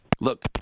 Look